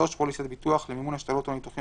(3)פוליסת ביטוח למימון השתלות או ניתוחים